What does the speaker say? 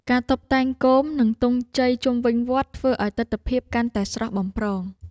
ការតុបតែងគោម និងទង់ជ័យជុំវិញវត្ត ធ្វើឱ្យទិដ្ឋភាពកាន់តែស្រស់បំព្រង។